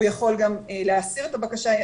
הוא יכול גם להסיר את הבקשה,